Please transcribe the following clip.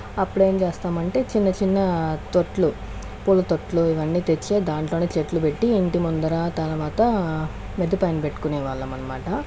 అప్పుడు ఏం చేస్తామంటే చిన్న చిన్న తొట్లు పూల తొట్లు ఇవన్నీ తెచ్చి దాంట్లోనే చెట్లు పెట్టి ఇంటి ముందర తర్వాత మిద్దెపైన పెట్టుకునే వాళ్ళం అనమాట